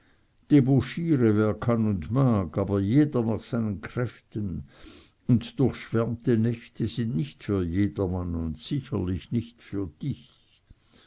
wer kann und mag aber jeder nach seinen kräften und durchschwärmte nächte sind nicht für jedermann und sicherlich nicht für dich